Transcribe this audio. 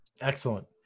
Excellent